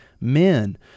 men